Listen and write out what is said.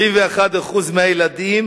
71% מהילדים